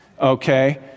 Okay